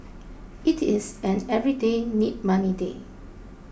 it is an everyday need money day